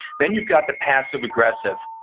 then you've got the passive aggressive,